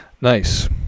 Nice